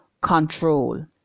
control